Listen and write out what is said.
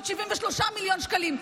עוד 73 מיליון שקלים.